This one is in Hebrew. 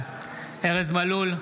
ארז מלול,